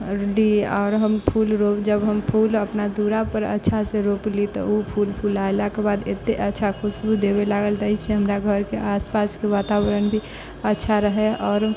आओर हम फूल रोप जब हम फूल अपना दुअरापर अच्छासँ रोपली तऽ ओ फूल फुलैलाके बाद एतेक अच्छा खुशबू देबै लागल जाहिसँ हमरा घरके आसपासके वातावरण भी अच्छा रहै आओर